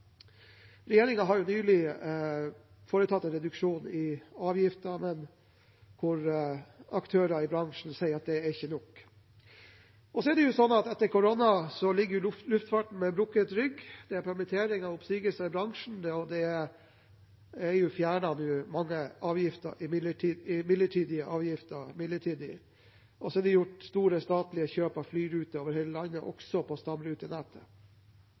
nylig foretatt en reduksjon i avgiftene, men aktører i bransjen sier at det er ikke nok. Etter korona ligger luftfarten med brukket rygg. Det er permitteringer og oppsigelser i bransjen, og mange avgifter er nå fjernet midlertidig. Det er gjort store statlige kjøp av flyruter over hele landet, også på stamrutenettet. Det er litt for tidlig å si hva det langsiktige behovet for luftfarten og kortbanenettet er. Det